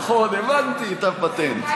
נכון, הבנתי את הפטנט.